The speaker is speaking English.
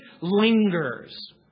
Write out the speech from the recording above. lingers